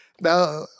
Now